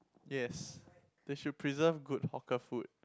yes you should preserve good hawker food